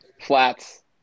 Flats